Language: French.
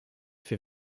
fait